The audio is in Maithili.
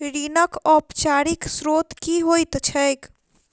ऋणक औपचारिक स्त्रोत की होइत छैक?